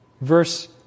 Verse